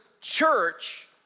church